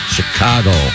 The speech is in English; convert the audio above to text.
Chicago